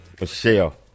Michelle